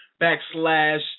backslash